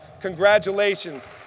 Congratulations